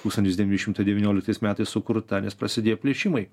tūkstantis devyni šimtai devynioliktais metais sukurta nes prasidėjo plėšimai